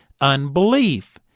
unbelief